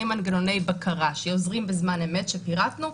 מנגנוני בקרה שעוזרים בזמן אמת ושפירטנו.